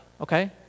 Okay